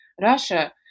Russia